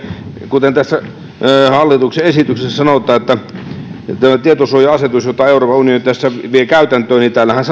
kuten hallituksen esityksessä sanotaan tästä tietosuoja asetuksesta jota euroopan unioni tässä vie käytäntöön